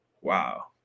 Wow